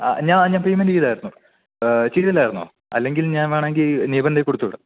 ഞാൻ പേമെൻറ്റ് ചെയ്തായിരുന്നു ചെയ്തില്ലായിരുന്നോ അല്ലെങ്കിൽ ഞാൻ വേണമെങ്കിൽ നെയ്ബറിൻ്റ കയ്യിൽ കൊടുത്ത് വിടാം